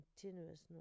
continuous